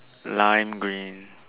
lime green